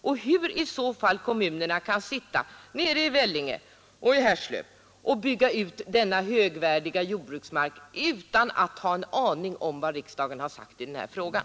Och hur kan i så fall kommunerna nere i Vellinge och Härslöv få bygga ut denna högvärdiga jordbruksmark utan att ta hänsyn till vad riksdagen har sagt i den här frågan?